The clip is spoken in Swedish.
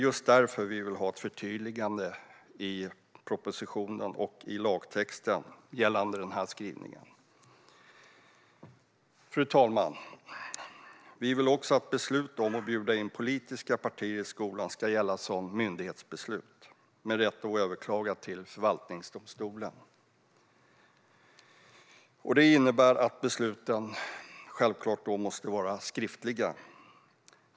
Just därför vill vi ha ett förtydligande i propositionen och i lagtexten gällande denna skrivning. Fru talman! Vi vill också att beslut om att bjuda in politiska partier i skolan ska gälla som myndighetsbeslut som man har rätt att överklaga till förvaltningsdomstolen. Det innebär att besluten måste vara skriftliga.